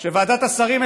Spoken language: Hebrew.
שוועדת השרים,